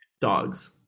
Dogs